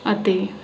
ਅਤੇ